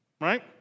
Right